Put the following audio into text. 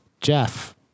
jeff